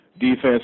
Defense